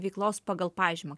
veiklos pagal pažymą